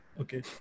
Okay